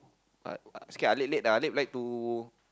uh uh scared Alif late ah Alif like to